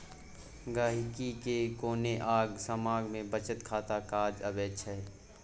गांहिकी केँ कोनो आँग समाँग मे बचत खाता काज अबै छै